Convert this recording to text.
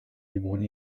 simone